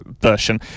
version